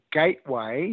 gateway